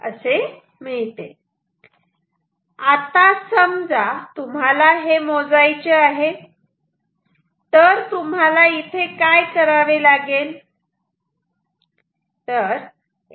आता समजा तुम्हाला हे मोजायचे आहे तर तुम्हाला इथे काय करावे लागेल